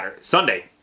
Sunday